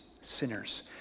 sinners